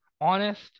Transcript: honest